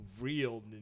real